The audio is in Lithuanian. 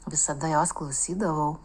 visada jos klausydavau